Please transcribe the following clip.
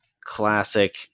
classic